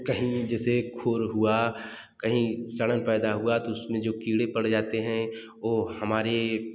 कहीं जैसे खुर हुआ कहीं सड़न गदा हुआ तो उसमें जो कीड़े पड़ जाते हैं वो हमारे